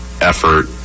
effort